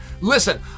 Listen